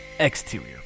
Exterior